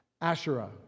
Asherah